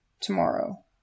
tomorrow